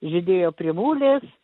žydėjo privulės